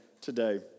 today